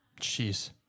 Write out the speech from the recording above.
Jeez